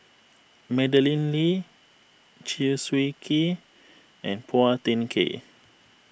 Madeleine Lee Chew Swee Kee and Phua Thin Kiay